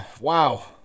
Wow